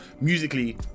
musically